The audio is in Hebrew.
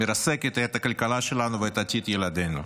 כעת את הכלכלה שלנו ואת עתיד ילדינו.